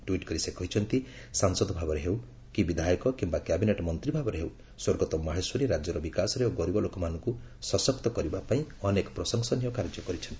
tweet କରି ସେ କହିଛନ୍ତି ସାଂସଦ ଭାବରେ ହେଉ କି ବିଧାୟକ ଓ କିମ୍ବା କ୍ୟାବିନେଟ୍ ମନ୍ତ୍ରୀ ଭାବରେ ହେଉ ସ୍ୱର୍ଗତ ମାହେଶ୍ୱରୀ ରାଜ୍ୟର ବିକାଶରେ ଓ ଗରିବ ଲୋକମାନଙ୍କୁ ସଶକ୍ତ କରିବାପାଇଁ ଅନେକ ପ୍ରଶଂସନୀୟ କାର୍ଯ୍ୟ କରିଛନ୍ତି